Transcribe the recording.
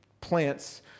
plants